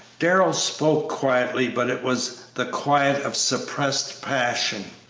darrell spoke quietly, but it was the quiet of suppressed passion.